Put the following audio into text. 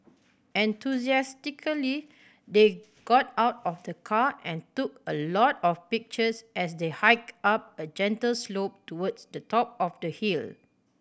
enthusiastically they got out of the car and took a lot of pictures as they hiked up a gentle slope towards the top of the hill